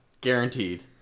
guaranteed